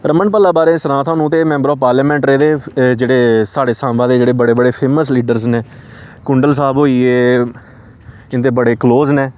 रमन भल्ला बारे च सनां थुआनूं ते मैंबर आफ पार्लमेंट रेह्दे जेह्ड़े साढ़े सांबा दे जेह्ड़े बड़े बड़े फेमस लीडर्स न कुंडल साह्ब होई गे इंदे बड़े क्लोज न